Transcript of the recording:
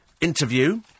interview